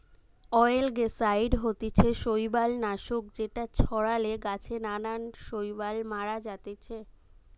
অয়েলগেসাইড হতিছে শৈবাল নাশক যেটা ছড়ালে গাছে নানান শৈবাল মারা জাতিছে